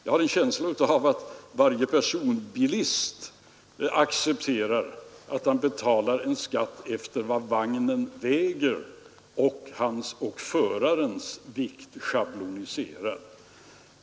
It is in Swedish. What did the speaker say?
Jag har en känsla av att varje personbilist accepterar att betala skatt efter vad vagnen väger plus förarens vikt schabloniserad.